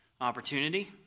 opportunity